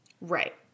Right